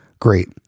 great